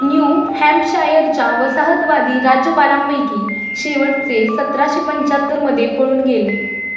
new हॅमशायरच्या वसाहतवादी राज्यपालांपैकी शेवटचे सतराशे पंचाहत्तरमध्ये पळून गेले